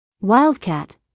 Wildcat